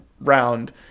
round